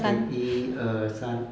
okay 一二三